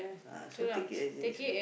uh so take it as it is lah